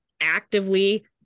actively